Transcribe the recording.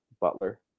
Butler